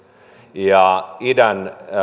ja idän